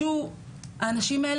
האנשים האלה,